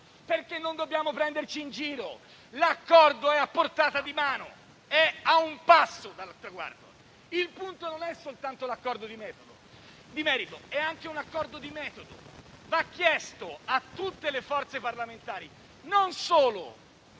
perché non dobbiamo prenderci in giro: l'accordo è a portata di mano, è a un passo dal traguardo. Il punto non è soltanto l'accordo di merito; è anche un accordo di metodo. Va chiesto a tutte le forze parlamentari non solo